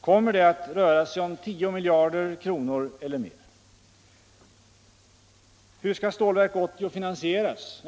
Kommer det att röra sig om 10 miljarder kronor eller mer? Hur skall Stålverk 80 finansieras?